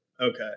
Okay